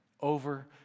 Over